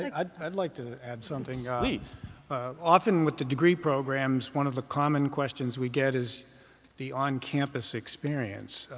and i'd i'd like to add something. yeah andy often with the degree programs, one of the common questions we get is the on-campus experience.